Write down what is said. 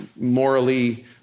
morally